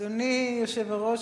אדוני היושב-ראש,